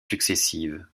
successives